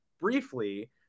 briefly